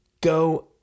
Go